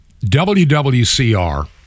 WWCR